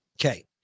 Okay